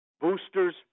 boosters